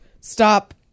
stop